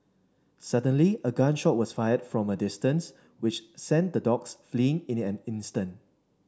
suddenly a gun shot was fired from a distance which sent the dogs fleeing in an instant